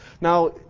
Now